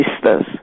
sisters